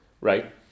right